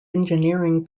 engineering